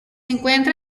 encuentra